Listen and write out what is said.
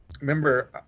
remember